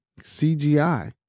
CGI